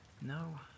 No